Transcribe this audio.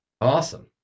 Awesome